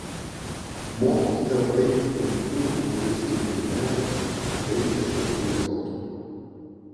mokykite vaiką trumpų humoristinių dainelių vaikiškų anekdotų